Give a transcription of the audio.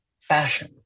fashion